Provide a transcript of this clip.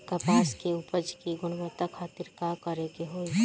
कपास के उपज की गुणवत्ता खातिर का करेके होई?